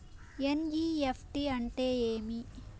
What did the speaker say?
NEFT అంటే ఏమి